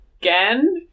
again